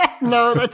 No